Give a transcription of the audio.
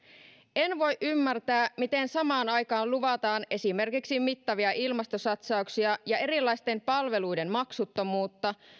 en voi ymmärtää miten samaan aikaan luvataan esimerkiksi mittavia ilmastosatsauksia ja erilaisten palveluiden maksuttomuutta